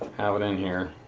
have it in here.